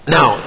Now